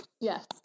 Yes